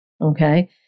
Okay